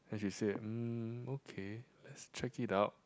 as you said uh okay lets check it out